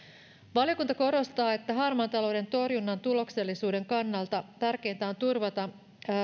valiokunta korostaa että harmaan talouden torjunnan tuloksellisuuden kannalta tärkeintä on turvata